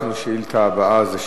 יש לנו השאילתא הבאה, מס'